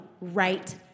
Right